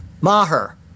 Maher